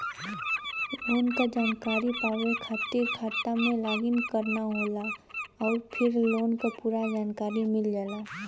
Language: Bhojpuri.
लोन क जानकारी पावे खातिर खाता में लॉग इन करना होला आउर फिर लोन क पूरा जानकारी मिल जाला